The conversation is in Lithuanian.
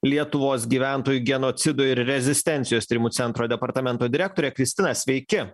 lietuvos gyventojų genocido ir rezistencijos tyrimų centro departamento direktorė kristina sveiki